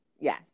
yes